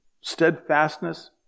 steadfastness